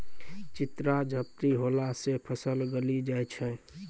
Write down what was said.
चित्रा झपटी होला से फसल गली जाय छै?